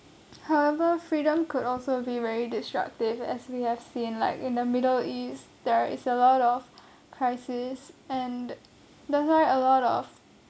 however freedom could also be very destructive as we have seen like in the middle east there is a lot of crisis and and that's why a lot of